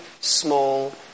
small